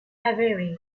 avery